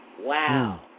Wow